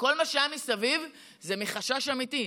וכל מה שהיה מסביב זה מחשש אמיתי.